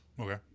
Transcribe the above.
Okay